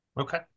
Okay